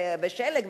ושלג,